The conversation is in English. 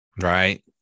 Right